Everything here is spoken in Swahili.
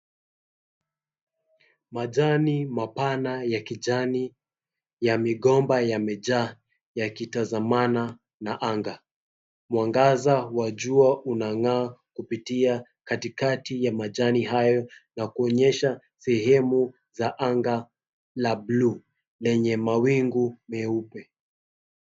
Majani mapana ya kijani ya migomba yamejaa yakitazamana na anga mwangaza wajua unang'aa kupitia katikati ya majani hayo na kuonyesha sehemu za anga la bluu lenye mawingu meupe.